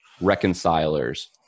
Reconcilers